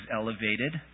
elevated